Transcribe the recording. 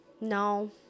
No